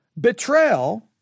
betrayal